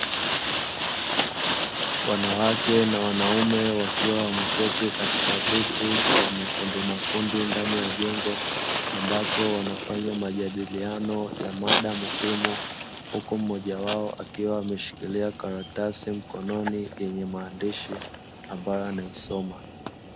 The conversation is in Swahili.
Wanawake na wanaume wakiwa wameketi katika viti kwa makundi makundi ndani ya jengo ambapo wanafanya majadiliano ya mada muhimu huku moja wao akiwa ameshikilia karatasi mkononi yenye maandishi ambayo anaisoma.